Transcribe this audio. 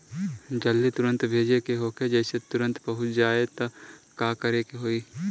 जदि तुरन्त भेजे के होखे जैसे तुरंत पहुँच जाए त का करे के होई?